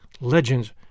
legends